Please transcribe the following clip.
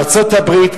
ארצות-הברית,